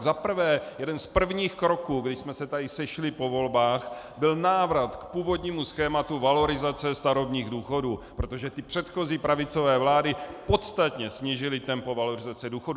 Za prvé, jeden z prvních kroků, kdy jsme se tady sešli po volbách, byl návrat k původnímu tématu valorizace starobních důchodů, protože předchozí pravicové vlády podstatně snížily tempo valorizace důchodů.